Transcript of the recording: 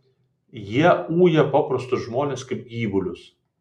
jie uja paprastus žmones kaip gyvulius